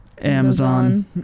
Amazon